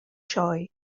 sioe